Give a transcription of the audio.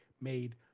made